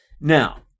Now